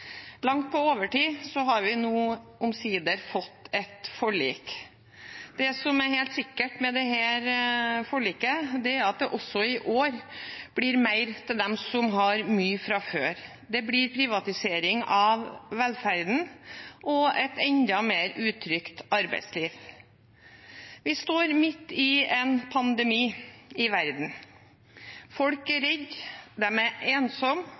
er helt sikkert med dette forliket, er at det også i år blir mer til dem som har mye fra før. Det blir privatisering av velferden og et enda mer utrygt arbeidsliv. Verden står midt i en pandemi. Folk er redde, de er ensomme og bekymret for framtiden sin. Andre er